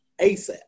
ASAP